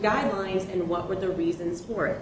guidelines and what were the reasons for it